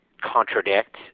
contradict